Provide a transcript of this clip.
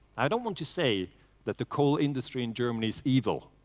i don't want to say that the coal industry in germany is evil,